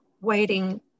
waiting